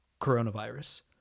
coronavirus